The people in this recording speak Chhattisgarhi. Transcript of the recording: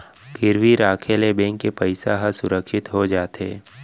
गिरवी राखे ले बेंक के पइसा ह सुरक्छित हो जाथे